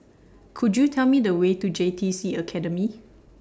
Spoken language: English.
Could YOU Tell Me The Way to J T C Academy